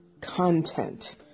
content